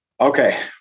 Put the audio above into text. Okay